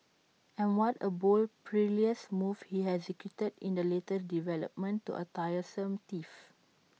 and what A bold perilous move he executed in the latest development to A tiresome tiff